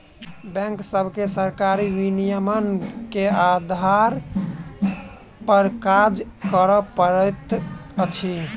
bank सभके सरकारी विनियमन के आधार पर काज करअ पड़ैत अछि